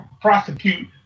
prosecute